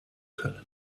können